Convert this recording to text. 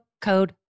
code